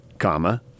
comma